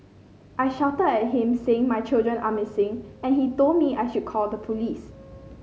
I shouted at him saying my children are missing and he told me I should call the police